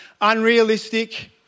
unrealistic